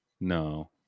No